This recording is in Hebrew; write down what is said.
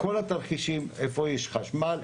איפה יש חשמל,